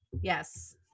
yes